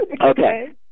okay